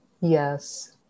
Yes